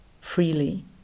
freely